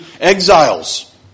exiles